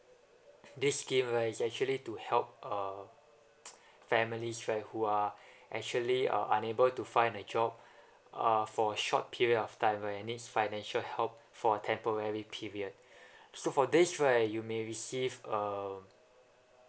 this scheme right is actually to help uh families right who are actually uh unable to find a job uh for a short period of time and needs financial help for temporary period so for this right you may receive a